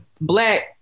black